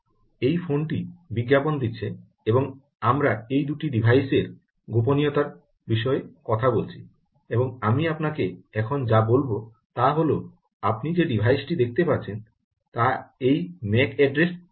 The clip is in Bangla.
এই ফোনটি বিজ্ঞাপন দিচ্ছে এবং আমরা এই দুটি ডিভাইসে র গোপনীয়তার বিষয়ে কথা বলছি এবং আমি আপনাকে এখন যা দেখাব তা হল আপনি যে ডিভাইস টি দেখতে পাচ্ছেন তা এই ম্যাক অ্যাড্রেস দেখিয়েছে